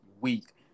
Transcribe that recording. week